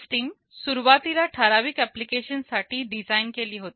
system सुरुवातीला ठराविक application साठी डिझाईन केली होती